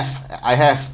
I have